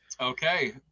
okay